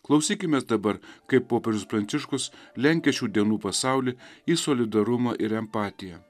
klausykimės dabar kaip popiežius pranciškus lenkia šių dienų pasaulį į solidarumą ir empatiją